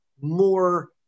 more